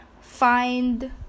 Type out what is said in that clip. find